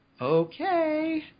Okay